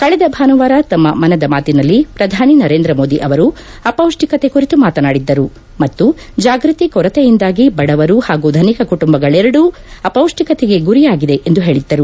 ಕಳೆದ ಭಾನುವಾರ ತಮ್ಮ ಮನದ ಮಾತಿನಲ್ಲಿ ಪ್ರಧಾನಿ ನರೇಂದ್ರ ಮೋದಿ ಅವರು ಅಪೌಷ್ಲಿಕತೆ ಕುರಿತು ಮಾತನಾಡಿದ್ದರು ಮತ್ತು ಜಾಗೃತಿ ಕೊರತೆಯಿಂದಾಗಿ ಬಡವರು ಹಾಗೂ ಧನಿಕ ಕುಟುಂಬಗಳೆರಡೂ ಅಪೌಷ್ವಿಕತೆಗೆ ಗುರಿಯಾಗಿವೆ ಎಂದು ಹೇಳದ್ದರು